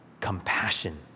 compassion